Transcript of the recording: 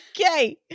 okay